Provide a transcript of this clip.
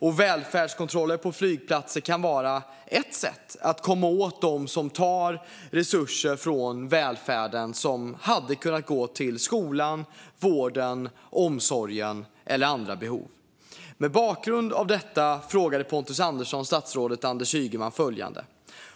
Och välfärdskontroller på flygplatser kan vara ett sätt att komma åt dem som tar resurser från välfärden som hade kunnat gå till skolan, vården, omsorgen eller andra behov. Mot bakgrund av detta frågade Pontus Andersson statsrådet Anders Ygeman följande: